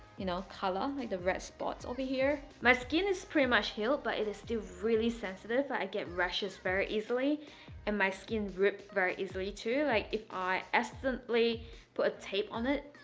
you know, color like the red spots over here my skin is pretty much healed, but it is still really sensitive i get rashes very easily and my skin rips very easily too like if i accidentally put tape on it